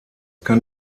kann